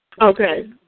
Okay